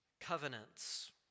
covenants